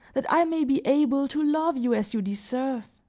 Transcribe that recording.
that i may be able to love you as you deserve.